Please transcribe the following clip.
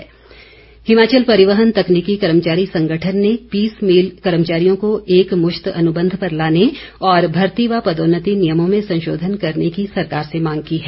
कर्मचारी संगठन हिमाचल परिवहन तकनीकी कर्मचारी संगठन ने पीस मील कर्मचारियों को एक मुश्त अनुबंध पर लाने और भर्ती व पदोन्नति नियमों में संशोधन करने की सरकार से मांग की है